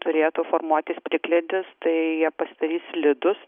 turėtų formuotis plikledis tai jie pasidarys slidus